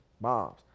bombs